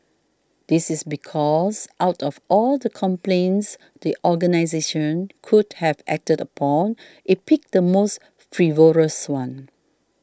this is because out of all the complaints the organisation could have acted upon it picked the most frivolous one